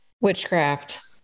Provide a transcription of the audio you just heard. witchcraft